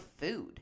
food